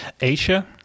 asia